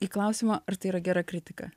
į klausimą ar tai yra gera kritika